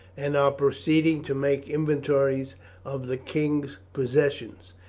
and are proceeding to make inventories of the king's possessions,